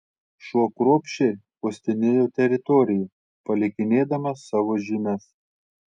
šuo kruopščiai uostinėjo teritoriją palikinėdamas savo žymes